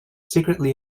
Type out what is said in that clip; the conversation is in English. secretly